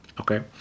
okay